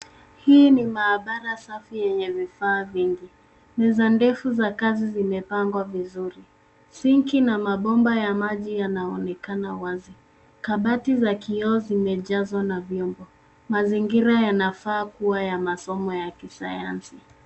Hii ni maabara safi yenye vifaa vingi. Meza ndefu za kazi zimepangwa vizuri. Sinki na mabomba ya maji yanaonekana wazi. Kabati za kioo zimejazwa na vyombo. Mazingira yanafaa kuwa ya masomo ya kisayansi.